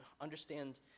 understand